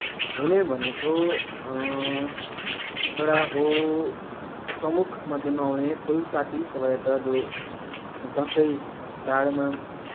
हुने भनेको एउटा हो प्रमुख मध्येमा आउने फुलपाती शोभायात्रा जो दसैँ चाडमा